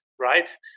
right